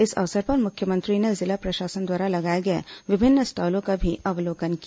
इस अवसर पर मुख्यमंत्री ने जिला प्रशासन द्वारा लगाए गए विभिन्न स्टॉलों का भी अवलोकन किया